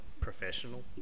professional